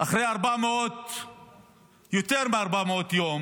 אחרי יותר מ-400 יום,